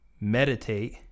meditate